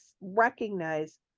recognize